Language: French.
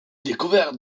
découverte